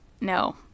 No